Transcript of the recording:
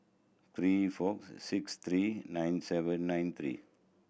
three four six three nine seven nine three